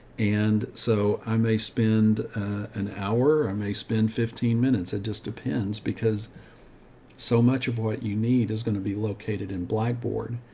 and so i may spend an hour, i may spend fifteen minutes. it just depends because so much of what you need is going to be located in blackboard,